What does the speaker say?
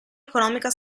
economica